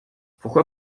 pourquoi